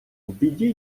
біді